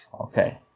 Okay